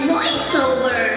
Voiceover